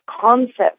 concept